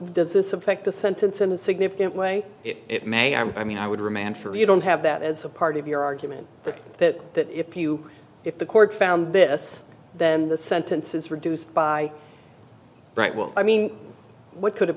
does this affect the sentence in a significant way it may i'm i mean i would remand for you don't have that as a part of your argument but that if you if the court found this then the sentences reduced by right well i mean what could